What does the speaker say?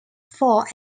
for